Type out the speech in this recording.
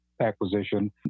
acquisition